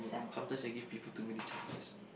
sometimes I give people too many chances